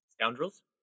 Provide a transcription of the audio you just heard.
Scoundrels